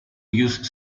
use